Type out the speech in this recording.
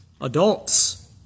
adults